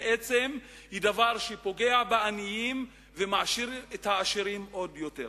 בעצם דבר שפוגע בעניים ומעשיר את העשירים עוד יותר.